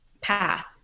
path